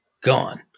gone